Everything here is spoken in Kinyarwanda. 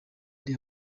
ari